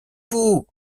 vous